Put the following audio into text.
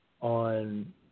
on